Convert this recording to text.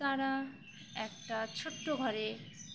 তারা একটা ছোট্ট ঘরে